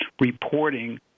reporting